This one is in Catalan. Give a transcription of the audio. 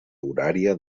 horària